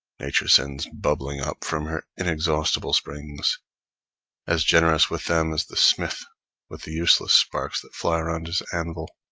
nature sends bubbling up from her inexhaustible springs as generous with them as the smith with the useless sparks that fly around his anvil.